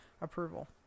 approval